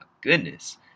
goodness